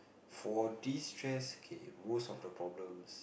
for this stress K most of the problems